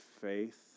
faith